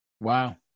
Wow